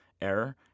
error